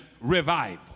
revival